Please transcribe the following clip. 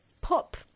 Pop